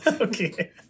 Okay